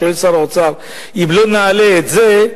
שואל שר האוצר: אם לא נעלה את זה,